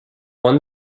won